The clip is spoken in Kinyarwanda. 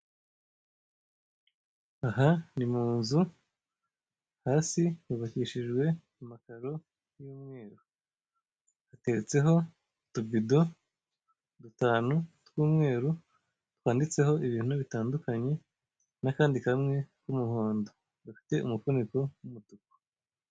Aha ni mu nzu, hasi hubakishijwe amakaro y'umweru, hateretseho utubido dutanu tw'umweru twanditseho ibintu bitandukanye n'akandi kamwe k'umuhondo gafite umufuniko w'umutuku.